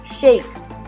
shakes